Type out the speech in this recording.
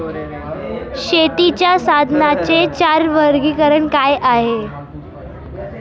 शेतीच्या साधनांचे चार वर्गीकरण काय आहे?